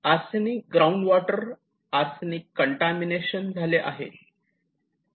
arsenic ground water arsenic contamination झाले आहे